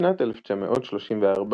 בשנת 1934,